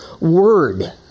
word